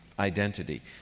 identity